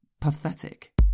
pathetic